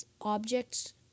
objects